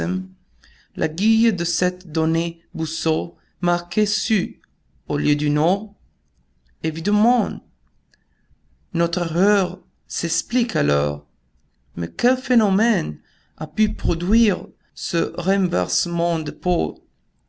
saknussemm l'aiguille de cette damnée boussole marquait sud au lieu du nord évidemment notre erreur s'explique alors mais quel phénomène a pu produire ce renversement des